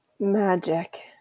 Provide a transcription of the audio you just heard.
magic